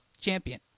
champion